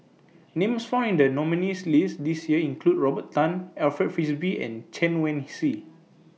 Names found in The nominees' list This Year include Robert Tan Alfred Frisby and Chen Wen Hsi